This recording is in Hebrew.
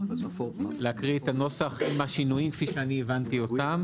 עכשיו אני רוצה להקריא את הנוסח עם השינויים כפי שהבנתי אותם.